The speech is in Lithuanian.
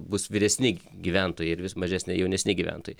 bus vyresni gyventojai ir vis mažesnė jaunesni gyventojai